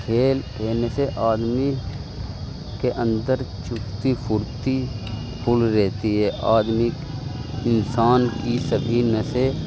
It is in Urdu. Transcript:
کھیل کھیلنے سے آدمی کے اندر چستی پھرتی فل رہتی ہے آدمی انسان کی سبھی نسیں